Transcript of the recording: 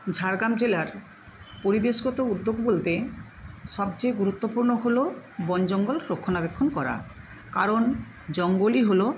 ঝাড়গ্রাম জেলার পরিবেশগত উদ্যোগ বলতে সবচেয়ে গুরুত্বপূর্ণ হলো বন জঙ্গল রক্ষণাবেক্ষণ করা কারণ জঙ্গলই হলো